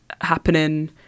happening